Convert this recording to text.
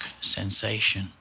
sensation